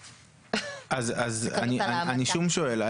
אבל אני כן חושב שצריך